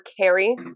carry